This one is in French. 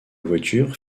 voiture